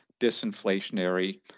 disinflationary